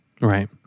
right